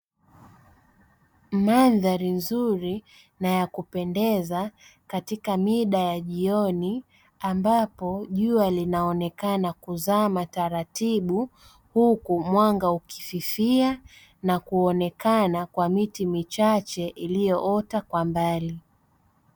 Mandhari nzuri na ya kupendeza katika mida ya jioni ambapo jua linaonekana kuzama taratibu huku mwanga ukififia na kuonekana kwa miti michache iliyoota kwa mbali.